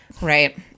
Right